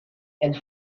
and